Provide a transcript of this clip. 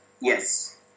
Yes